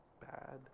bad